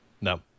No